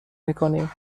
میکنیم